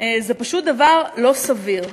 זה פשוט דבר לא סביר.